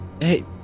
hey